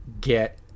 get